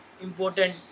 important